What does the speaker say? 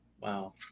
Wow